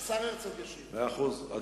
השר הרצוג ישיב על הצעות לסדר-היום שמספרן 710,